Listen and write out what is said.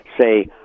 say